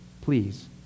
Please